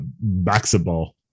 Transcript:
basketball